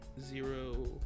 Zero